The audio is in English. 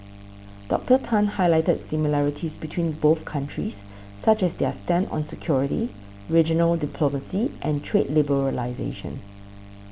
Doctor Tan highlighted similarities between both countries such as their stand on security regional diplomacy and trade liberalisation